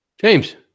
James